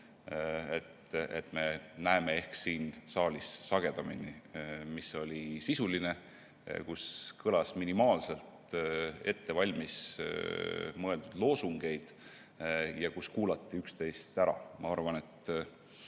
me näeme ehk siin saalis sagedamini. See oli sisuline, minimaalselt kõlas ette valmismõeldud loosungeid ja kuulati üksteist ära. Ma arvan, et